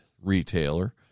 retailer